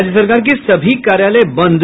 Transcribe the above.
राज्य सरकार के सभी कार्यालय बंद